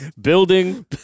building